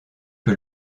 que